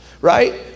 right